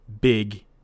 big